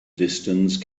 distance